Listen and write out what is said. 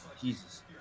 Jesus